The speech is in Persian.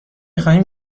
خواهیم